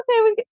okay